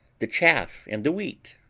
the chaff and the wheat,